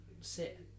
sit